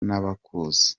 n’abakuze